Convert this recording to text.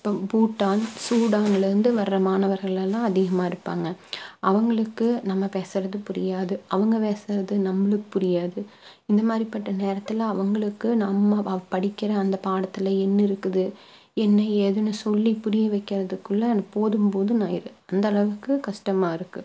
இப்போ பூட்டான் சூடான்லேருந்து வர்ற மாணவர்களெல்லாம் அதிகமாக இருப்பாங்க அவர்களுக்கு நம்ம பேசுவது புரியாது அவங்க பேசுவது நம்மளுக்கு புரியாது இந்த மாதிரிப்பட்ட நேரத்தில் அவர்களுக்கு நம்ம படிக்கிற அந்த பாடத்தில் என்ன இருக்குது என்ன ஏதுன்னு சொல்லி புரிய வெக்கிறதுக்குள்ள எனக்கு போதும் போதும்னு ஆயிடும் அந்த அளவுக்கு கஷ்டமாக இருக்குது